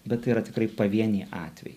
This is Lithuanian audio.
bet tai yra tikrai pavieniai atvejai